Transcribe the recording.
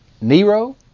Nero